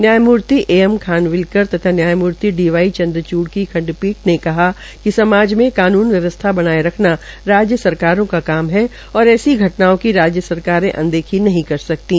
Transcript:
न्यायमुर्ति A M Khanwilkar तथा न्यायमूर्ति D Y Chandrachud की खंडपीठ ने कहा है कि समाज में कानून व्यवस्था बनाये रखना राज्य सरकारों का काम है और ऐसी घटनाओं की राज्य सरकारें अनदेखी नहीं कर सकती है